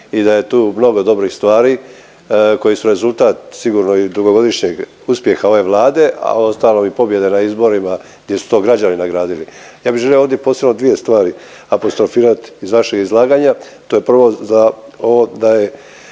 i da je tu mnogo dobrih stvari koji su rezultat sigurno i dugogodišnjeg uspjeha ove Vlade, a uostalom i pobjeda na izborima gdje su to građani nagradili. Ja bi želio ovdje posebno dvije stvari apostrofirat iz vašeg izlaganja, to je prvo za ovo da je